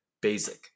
basic